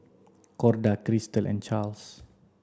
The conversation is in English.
Corda Cristal and Charles